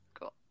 Cool